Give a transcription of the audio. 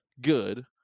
good